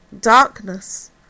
Darkness